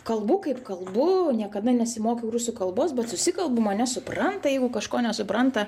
kalbu kaip kalbu niekada nesimokiau rusų kalbos bet susikalbu mane supranta jeigu kažko nesupranta